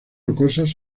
rocosas